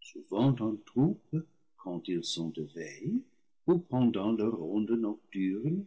souvent en troupes quand ils sont de veilles ou pendant leurs rondes nocturnes